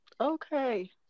Okay